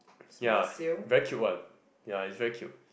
ya very cute one ya is very cute